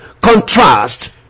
contrast